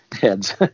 heads